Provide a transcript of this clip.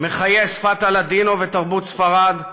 מחיה שפת הלדינו ותרבות ספרד,